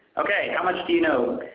okay, how much do you know?